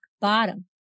bottom